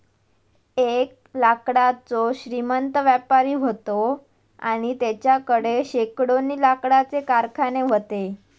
एक लाकडाचो श्रीमंत व्यापारी व्हतो आणि तेच्याकडे शेकडोनी लाकडाचे कारखाने व्हते